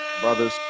brothers